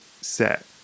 set